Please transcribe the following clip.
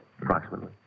Approximately